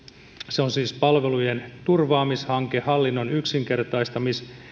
se on siis palvelujen turvaamishanke hallinnon yksinkertaistamishanke